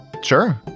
Sure